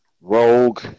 Rogue